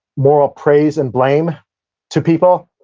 moral praise and blame to people.